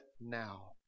now